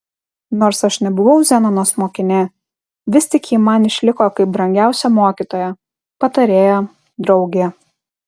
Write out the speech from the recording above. nors aš nebuvau zenonos mokinė vis tik ji man išliko kaip brangiausia mokytoja patarėja draugė